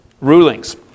rulings